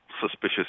Suspicious